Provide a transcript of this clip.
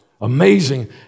amazing